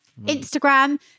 Instagram